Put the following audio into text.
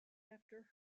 after